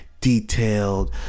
detailed